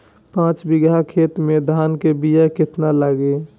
पाँच बिगहा खेत में धान के बिया केतना लागी?